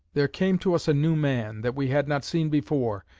there came to us a new man, that we had not seen before,